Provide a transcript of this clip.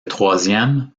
troisième